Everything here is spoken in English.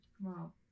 Wow